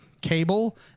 cable